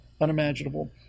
unimaginable